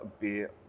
beer